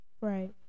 Right